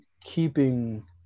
keeping